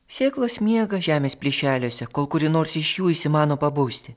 sėklos miega žemės plyšeliuose kol kuri nors iš jų įsimano pabusti